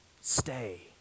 stay